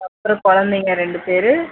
அப்புறம் குழந்தைங்க ரெண்டு பேர்